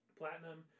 platinum